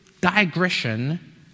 digression